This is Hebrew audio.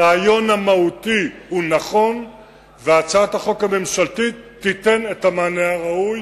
הרעיון המהותי הוא נכון והצעת החוק הממשלתית תיתן את המענה הראוי.